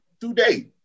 Today